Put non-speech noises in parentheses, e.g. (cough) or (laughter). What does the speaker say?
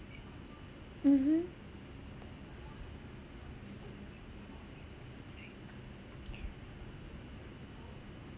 mmhmm (noise)